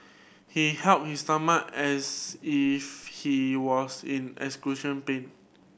he held his stomach as if he was in pain